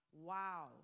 Wow